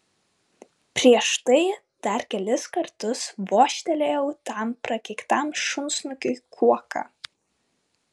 prieš tai dar kelis kartus vožtelėjau tam prakeiktam šunsnukiui kuoka